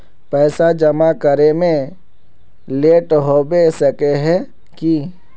पैसा जमा करे में लेट होबे सके है की?